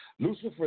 Lucifer